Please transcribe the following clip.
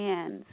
hands